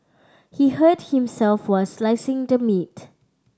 he hurt himself while slicing the meat